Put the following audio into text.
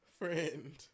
friend